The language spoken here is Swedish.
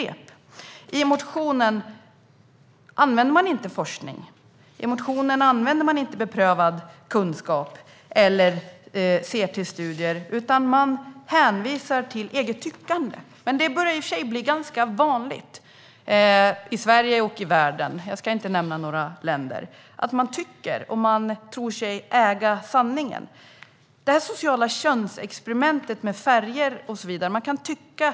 I motionen använder man inte forskning, beprövad kunskap eller studier, utan hänvisar till eget tyckande. Det börjar i och för sig bli ganska vanligt i Sverige och i världen - jag ska inte nämna några länder - att man tycker något och tror sig äga sanningen. Man kan tycka att det här sociala "könsexperimentet" med färger och så vidare innebär en styrning.